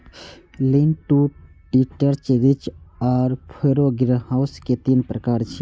lean to detached, ridge आ furrow greenhouse के तीन प्रकार छियै